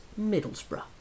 Middlesbrough